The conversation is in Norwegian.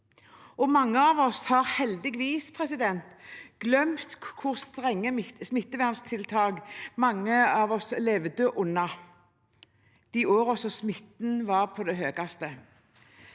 Mange av oss har heldigvis glemt hvor strenge smitteverntiltak mange av oss levde under de årene smitten var på det verste.